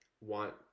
want